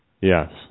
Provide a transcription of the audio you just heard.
Yes